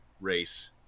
race